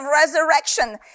resurrection